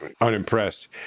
unimpressed